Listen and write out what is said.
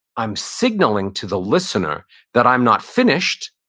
i'm signaling to the listener that i'm not finished